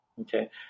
okay